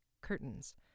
curtains